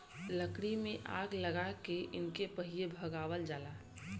लकड़ी में आग लगा के इनके पहिले भगावल जाला